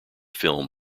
film